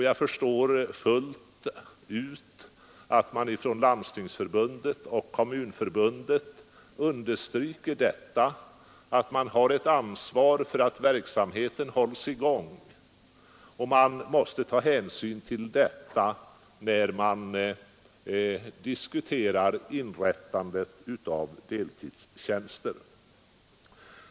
Jag förstår fullt ut att man från Landstingsförbundet och Kommunförbundet understryker detta, att man har ett ansvar för att verksamheten hålls i gång och att man måste ta hänsyn till det när man diskuterar inrättandet av deltidstjänster.